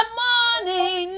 morning